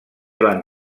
van